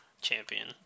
champion